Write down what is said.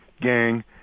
gang